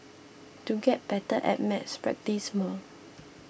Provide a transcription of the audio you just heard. to get better at maths practise more